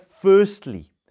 firstly